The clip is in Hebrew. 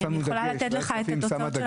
אני יכולה לתת לך את התוצאות של המחקר.